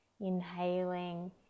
inhaling